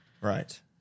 Right